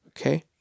okay